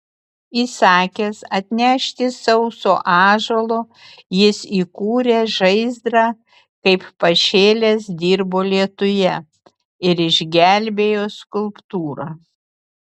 įsakęs atnešti sauso ąžuolo jis įkūrė žaizdrą kaip pašėlęs dirbo lietuje ir išgelbėjo skulptūrą